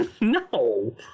No